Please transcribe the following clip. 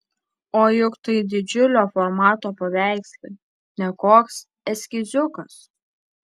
o juk tai didžiulio formato paveikslai ne koks eskiziukas